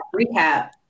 recap